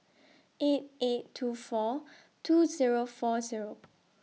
eight eight two four eight Zero four Zero